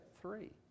three